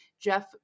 Jeff